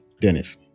Dennis